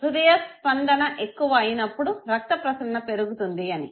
హృదయ స్పందన ఎక్కువ అయినప్పుడు రక్త ప్రసరణ పెరుగుతుంది అని